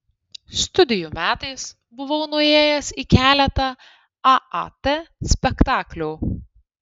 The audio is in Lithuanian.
studijų metais buvau nuėjęs į keletą aat spektaklių